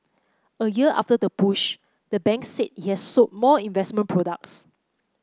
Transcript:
a year after the push the bank said it has sold more investment products